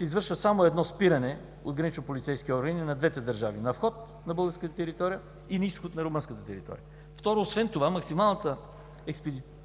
извършва се само едно спиране от гранични полицейски органи и на двете държави – на вход на българската територия и на изход на румънската територия. Второ, освен това максималната експедитивност